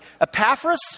Epaphras